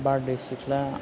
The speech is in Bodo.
बारदैसिख्ला